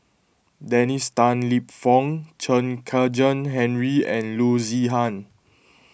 Dennis Tan Lip Fong Chen Kezhan Henri and Loo Zihan